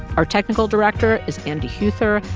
our technical director is andy huether,